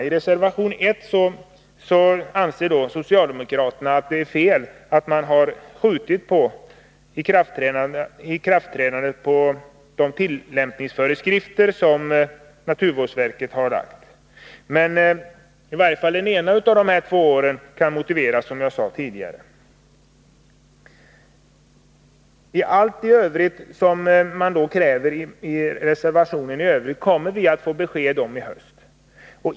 I reservation 1 anser socialdemokraterna att det är fel att regeringen har uppskjutit tidpunkten för ikraftträdande av de tillämpningsföreskrifter som naturvårdsverket har lagt fram. Men i varje fall ett av de två årens förskjutning kan motiveras, som jag sade tidigare. Allt det övriga som socialdemokraterna kräver i reservation 1 kommer vi att få besked om i höst.